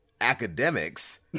academics